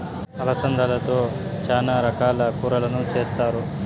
అలసందలతో చానా రకాల కూరలను చేస్తారు